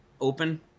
open